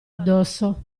addosso